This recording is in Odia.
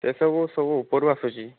ଏସବୁ ସବୁ ସବୁ ଉପରୁ ଆସୁଛି